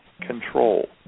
control